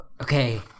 okay